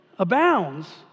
abounds